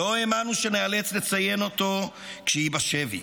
"לא האמנו שניאלץ לציין אותו כשהיא בשבי,